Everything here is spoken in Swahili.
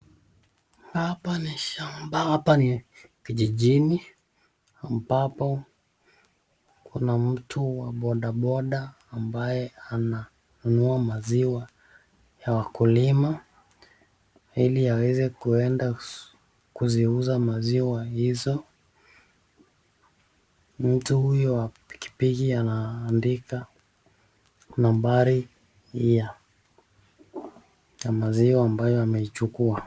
Hapa ni shamba hapa ni kijijini ambapo kuna mtu wa bodaboda ambaye ananunua maziwa ya wakulima ili aweze kuenda kuziuza maziwa hizo. Mtu huyo wa pikipiki anaandika nambari ya maziwa ambayo ameichukua.